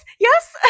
yes